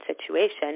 situation